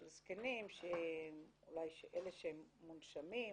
זקנים, אולי אלה שמונשמים,